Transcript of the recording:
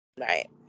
Right